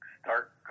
start